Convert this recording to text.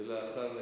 ואחריו,